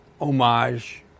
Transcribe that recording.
homage